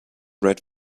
read